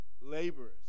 laborers